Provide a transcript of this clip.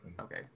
Okay